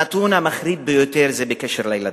הנתון המחריד ביותר הוא בקשר לילדים.